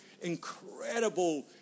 incredible